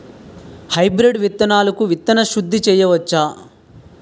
Hybrid విత్తనాలకు విత్తన శుద్ది చేయవచ్చ?